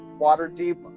Waterdeep